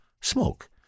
smoke